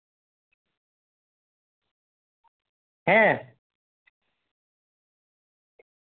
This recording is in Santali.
ᱦᱮᱸ